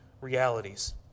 realities